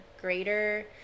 greater